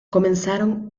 comenzaron